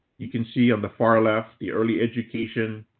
you can see on the far left, the early education